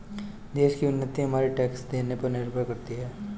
देश की उन्नति हमारे टैक्स देने पर निर्भर करती है